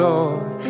Lord